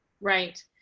Right